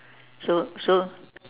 so so